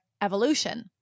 evolution